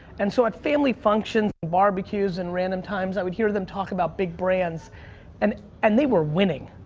and so at family functions, barbecues and random times, i would hear them talk about big brands and and they were winning.